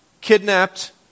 kidnapped